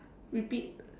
repeat